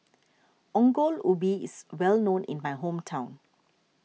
Ongol Ubi is well known in my hometown